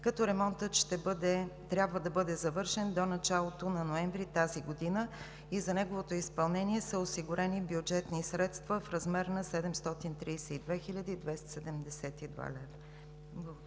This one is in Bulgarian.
като ремонтът трябва да бъде завършен до началото на месец ноември тази година. За неговото изпълнение са осигурени бюджетни средства в размер на 732 хил.